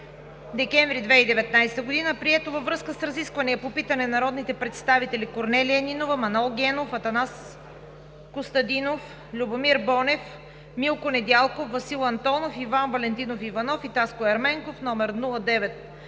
декември 2019 г., прието във връзка с разискванията по питане на народните представители Корнелия Нинова, Манол Генов, Атанас Костадинов, Любомир Бонев, Милко Недялков, Васил Антонов, Иван Валентинов Иванов и Таско Ерменков, №